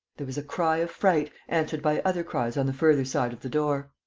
there was a cry of fright, answered by other cries on the further side of the door.